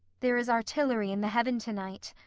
there is artillery in the heaven to-night.